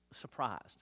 surprised